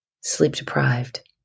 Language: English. sleep-deprived